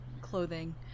clothing